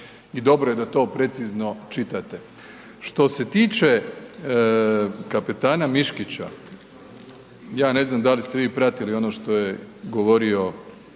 i dobro je da to precizno čitate. Što se tiče kapetana Miškića, ja ne znam da li ste vi pratili ono što je govorio